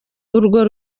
urwo